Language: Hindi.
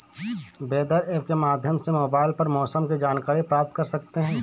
वेदर ऐप के माध्यम से मोबाइल पर मौसम की जानकारी प्राप्त कर सकते हैं